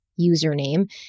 username